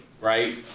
right